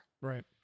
Right